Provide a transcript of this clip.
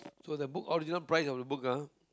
so the book original price of the book ah